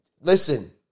Listen